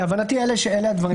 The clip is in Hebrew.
להבנתי, אלה הדברים.